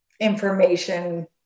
information